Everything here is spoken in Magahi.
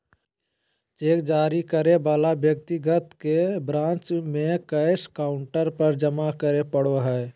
चेक जारी करे वाला व्यक्ति के ब्रांच में कैश काउंटर पर जमा करे पड़ो हइ